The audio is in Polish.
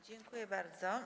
Dziękuję bardzo.